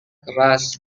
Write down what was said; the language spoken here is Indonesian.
keras